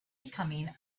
becoming